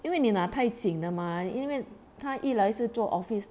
因为你拿太紧的吗因为他一来是做 office